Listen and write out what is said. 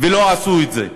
לא עשו את זה.